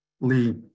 Lee